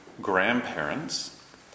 grandparents